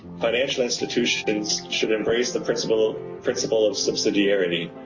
financial institutions should embrace the principle principle of subsidiarity,